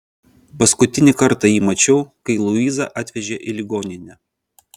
paskutinį kartą jį mačiau kai luizą atvežė į ligoninę